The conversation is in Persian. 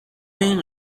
این